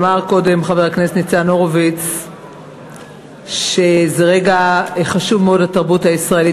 אמר קודם חבר הכנסת ניצן הורוביץ שזה רגע חשוב מאוד לתרבות הישראלית.